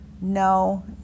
no